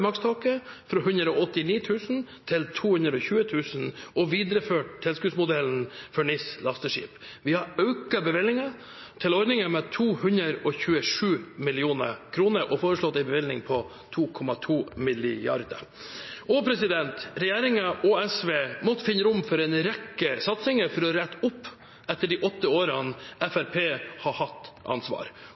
makstaket fra 189 000 til 220 000 kr og videreført tilskuddsmodellen for NIS lasteskip. Vi har økt bevilgningen til ordningen med 227 mill. kr og foreslått en bevilgning på 2,2 mrd. kr. Regjeringen og SV måtte finne rom for en rekke satsinger for å rette opp etter de åtte årene Fremskrittspartiet har hatt ansvar.